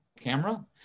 camera